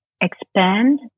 expand